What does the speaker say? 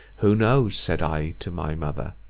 who knows, said i to my mother,